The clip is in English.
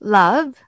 love